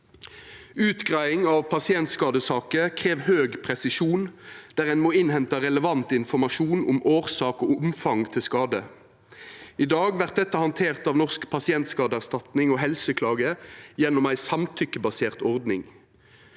Utgreiing av pasientskadesaker krev høg presisjon, der ein må innhenta relevant informasjon om årsak til og omfang av skade. I dag vert dette handtert av Norsk pasientskadeerstatning og Helseklage gjennom ei samtykkebasert ordning.